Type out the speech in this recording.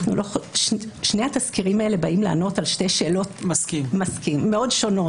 שני התסקירים האלה באים לענות על שתי שאלות מאוד שונות.